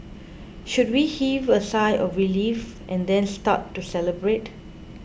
should we heave a sigh of relief and then start to celebrate